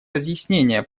разъяснения